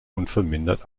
unvermindert